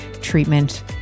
treatment